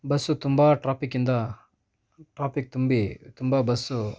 bus ತುಂಬ ಟ್ರಾಫಿಕ್ಕಿಂದ traffic ತುಂಬಿ ತುಂಬ ಬಸ್ಸು